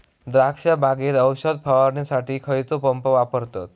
द्राक्ष बागेत औषध फवारणीसाठी खैयचो पंप वापरतत?